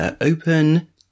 Open